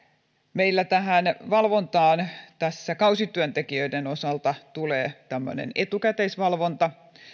meillä tähän valvontaan kausityöntekijöiden osalta tulee tämmöinen etukäteisvalvonta